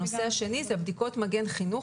הנושא השני הוא בדיקות מגן חינוך.